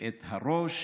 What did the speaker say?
ואת הראש,